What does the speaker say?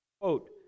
quote